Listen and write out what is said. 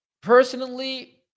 personally